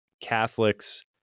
Catholics